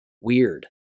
Weird